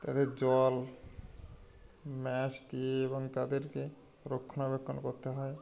তাদের জল ম্যাশ দিয়ে এবং তাদেরকে রক্ষণাবেক্ষণ করতে হয়